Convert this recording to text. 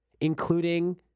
including